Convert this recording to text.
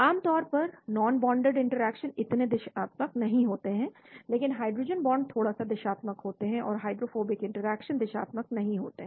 आम तौर पर नॉनबोंडेड इंटरेक्शंस इतने दिशात्मक नहीं होते हैं लेकिन हाइड्रोजन बांड थोड़ा सा दिशात्मक होते हैं और हाइड्रोफोबिक इंटरैक्शन दिशात्मक नहीं होते हैं